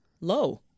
low